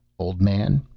old man,